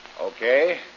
Okay